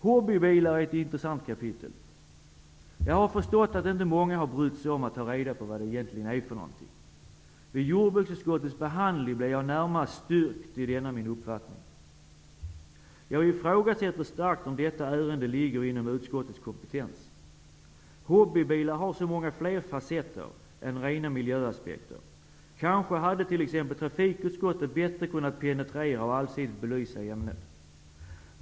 Hobbybilar är ett intressant kapitel. Jag har förstått att inte många har brytt sig om ta reda på vad det egentligen är. Vid jordbruksutskottets behandling blev jag närmast styrkt i denna min uppfattning. Jag ifrågasätter starkt om detta ärende ligger inom utskottets kompetens. Hobbybilar har så många fler facetter än miljöaspekten. Kanske hade trafikutskottet bättre kunnat penetrera och allsidigt belysa ämnet.